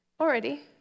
already